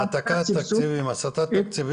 עזבו תקציב, עזבו